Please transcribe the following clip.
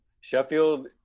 Sheffield